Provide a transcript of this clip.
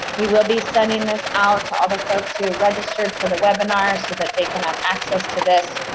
we will be sending this out to all the folks who registered for the webinar so that they can have access to this,